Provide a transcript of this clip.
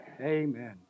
Amen